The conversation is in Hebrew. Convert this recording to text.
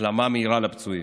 החלמה מהירה לפצועים.